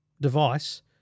device